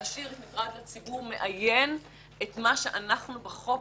להשאיר "מטרד לציבור" מאיין את מה שאנחנו בחוק